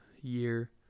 year